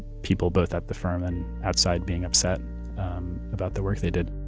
people both at the firm and outside being upset about the work they did